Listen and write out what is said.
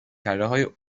کردههای